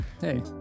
hey